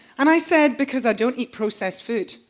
and i said, because i don't eat processed food,